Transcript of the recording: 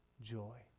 joy